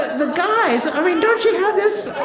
the guys i mean, don't you have this